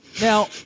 Now